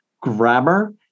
grammar